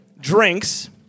drinks